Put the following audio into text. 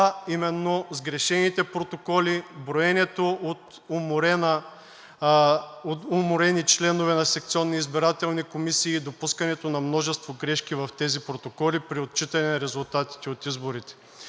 а именно сгрешените протоколи, броенето от уморени членове на секционни избирателни комисии, допускането на множество грешки в тези протоколи при отчитане резултатите от изборите.